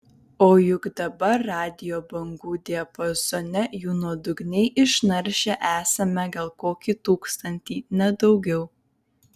o juk dabar radijo bangų diapazone jų nuodugniai išnaršę esame gal kokį tūkstantį ne daugiau